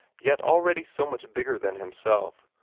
yet already so much bigger than himself,